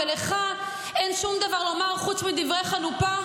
ולך אין שום דבר לומר חוץ מדברי חנופה?